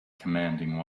commanding